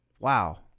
Wow